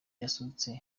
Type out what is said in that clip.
yasutse